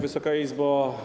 Wysoka Izbo!